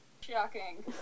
Shocking